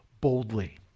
boldly